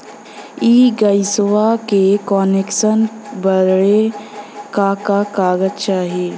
इ गइसवा के कनेक्सन बड़े का का कागज चाही?